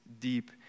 deep